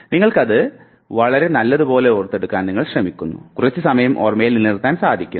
നിങ്ങൾ അത് വളരെ നല്ലതുപോലെ ഓർത്തെടുക്കാൻ ശ്രമിക്കുന്നു കുറച്ചു സമയം ഓർമയിൽ നിലനിർത്താൻ സാധിക്കുന്നു